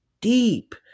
deep